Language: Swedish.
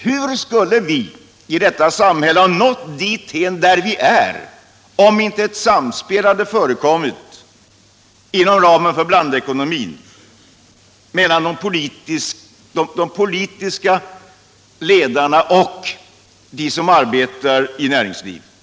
Hur skulle vii vårt samhälle ha nått dithän där vi nu är utan att ett samspel hade förekommit inom ramen för blandekonomin mellan de politiskt ansvariga och dem som arbetar inom näringslivet?